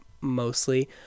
mostly